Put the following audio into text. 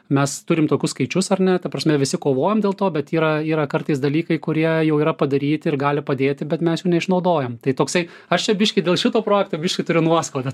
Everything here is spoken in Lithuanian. mes turim tokius skaičius ar ne ta prasme visi kovojam dėl to bet yra yra kartais dalykai kurie jau yra padaryti ir gali padėti bet mes jų neišnaudojom tai toksai aš čia biškį dėl šito projekto biškį turiu nuoskaudą